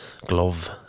glove